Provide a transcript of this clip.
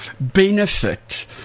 benefit